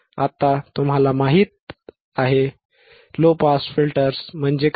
आता तुम्हाला माहिती आहे लो पास फिल्टर्स म्हणजे काय